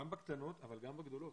גם בקטנות אבל גם בגדולות.